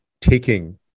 taking